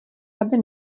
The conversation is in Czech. aby